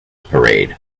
parade